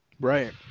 right